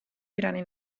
brani